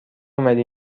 اومدی